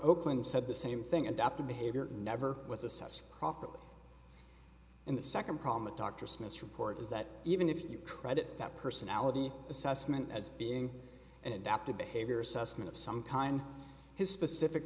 oakland said the same thing adaptive behavior never was assessed properly in the second problem with dr smith's report is that even if you credit that personality assessment as being an adaptive behavior assessment of some kind his specific